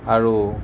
আৰু